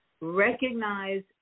recognize